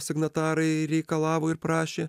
signatarai reikalavo ir prašė